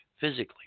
physically